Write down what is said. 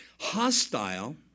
Hostile